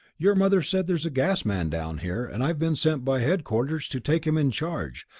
your mother said there's a gas-man down here and i've been sent by headquarters to take him in charge.